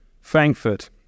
Frankfurt